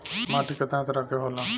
माटी केतना तरह के होला?